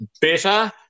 better